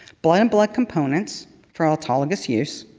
blood and blood components for autologous use,